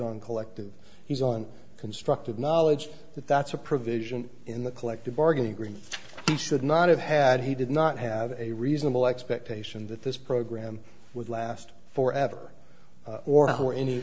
on collective he's on constructive knowledge that that's a provision in the collective bargaining agreement he should not have had he did not have a reasonable expectation that this program would last for ever